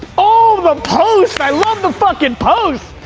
ah the post! i love the fucking post!